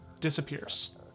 disappears